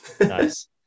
Nice